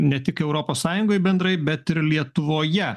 ne tik europos sąjungoj bendrai bet ir lietuvoje